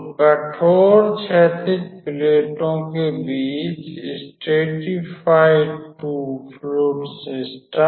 तो कठोर क्षैतिज प्लेटों के बीच स्टरेटीफाइड 2 फ्लुइड सिस्टम